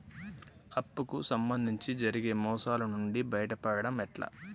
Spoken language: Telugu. అప్పు కు సంబంధించి జరిగే మోసాలు నుండి బయటపడడం ఎట్లా?